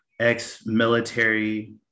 ex-military